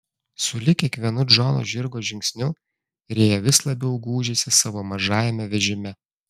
sulig kiekvienu džono žirgo žingsniu rėja vis labiau gūžėsi savo mažajame vežime